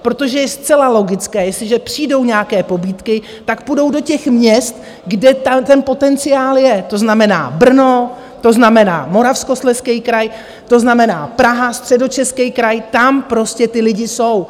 Protože je zcela logické, jestliže přijdou nějaké pobídky, tak půjdou do těch měst, kde ten potenciál je, to znamená Brno, to znamená Moravskoslezský kraj, to znamená Praha, Středočeský kraj, tam prostě ty lidi jsou.